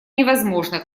невозможно